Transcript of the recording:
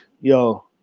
Yo